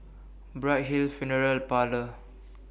Bright Hill Funeral Parlour